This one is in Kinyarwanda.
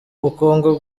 ubukungu